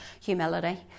Humility